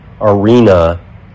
arena